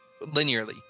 linearly